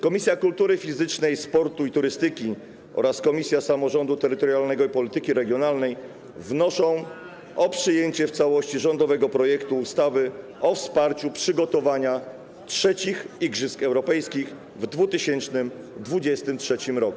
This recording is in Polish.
Komisja Kultury Fizycznej, Sportu i Turystyki oraz Komisja Samorządu Terytorialnego i Polityki Regionalnej wnoszą o przyjęcie w całości rządowego projektu ustawy o wsparciu przygotowania III Igrzysk Europejskich w 2023 r.